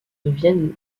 deviennent